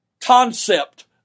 concept